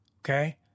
Okay